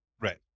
right